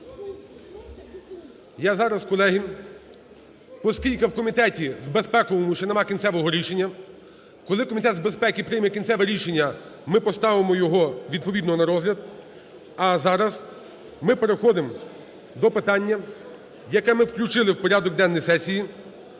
я зараз, колеги, поскільки в комітеті безпековому ще нема кінцевого рішення, коли Комітет з безпеки прийме кінцеве рішення, ми поставимо його відповідно на розгляд. А зараз ми переходимо до питання, яке ми включили в порядок денний сесії.